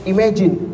Imagine